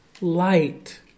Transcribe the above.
light